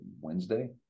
Wednesday